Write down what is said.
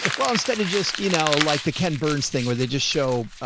well, instead of just, you know, like the ken burns thing where they just show, ah,